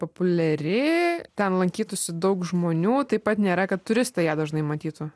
populiari ten lankytųsi daug žmonių taip pat nėra kad turistai ją dažnai matytų